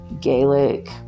Gaelic